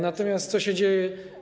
Natomiast co się dzieje?